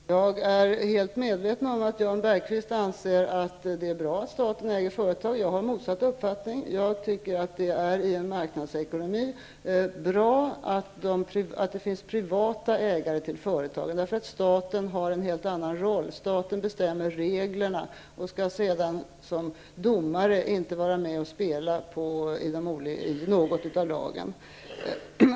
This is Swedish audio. Fru talman! Jag är helt medveten om att Jan Bergqvist anser att det är bra att staten äger företag. Jag har motsatt uppfattning. Jag tycker att det i en marknadsekonomi är bra att det finns privata ägare till företagen. Staten har en helt annan roll — staten bestämmer reglerna, och som domare skall staten sedan inte vara med och spela i något av lagen.